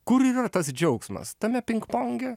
kur ir yra tas džiaugsmas tame pingponge